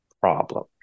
problem